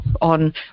on